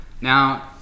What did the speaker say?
Now